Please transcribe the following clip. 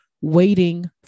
waiting